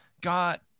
got